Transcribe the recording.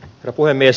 herra puhemies